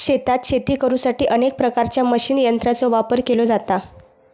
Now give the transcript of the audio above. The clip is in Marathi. शेतात शेती करुसाठी अनेक प्रकारच्या मशीन यंत्रांचो वापर केलो जाता